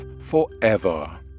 forever